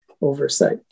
oversight